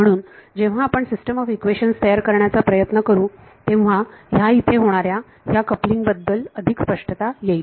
म्हणून जेव्हा आपण सिस्टीम ऑफ इक्वेशन्स तयार करण्याचा प्रयत्न करू तेव्हा ह्या इथे होणाऱ्या ह्या कपलिंग बद्दल अधिक स्पष्टता येईल